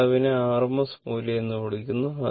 ഈ അളവിനെ RMS മൂല്യം എന്ന് വിളിക്കുന്നു